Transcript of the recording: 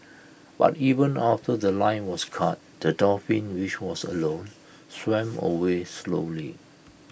but even after The Line was cut the dolphin which was alone swam away slowly